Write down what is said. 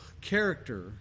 character